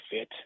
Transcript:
fit